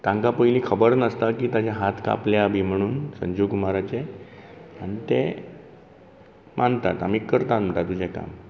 तांकां पयली खबर नासता की ताजे हात कापल्या बी म्हणून संजीव कुमाराचे आनी ते मानतात आमी करतात म्हणटा तुजें काम